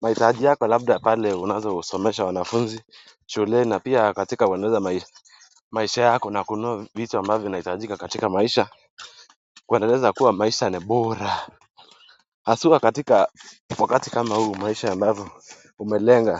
mahitaji yako labda pale unaweza kusomesha wanafunzi shuleni na pia katika kuendeleza maisha yako na kununua vitu ambazo zinahitajika katika maisha kuendeleza kuwa maisha ni bora, haswa katika wakati kama huu maisha ambavyo umelenga.